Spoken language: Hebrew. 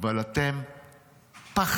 אבל אתם פחדנים,